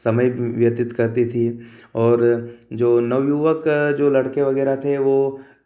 समय व्यतित करती थी और जो नवयुवक जो लड़के वगैरह थे वे